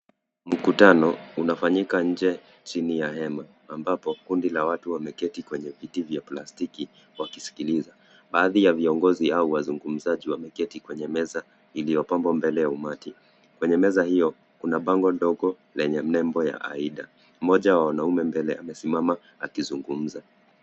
Mkutano unafanyika nje chini ya hema ambapo kundi la watu wameketi kwenye viti vya plastiki wakisikiliza. Baadhi ya viongozi au wazungumzaji wameketi kwenye meza iliyopambwa mbele ya umati. Kwenye meza hiyo kuna bango ndogo lenye nembo ya AIDA. Mmoja ya wanaume mbele amesimama akizungumza.